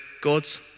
God's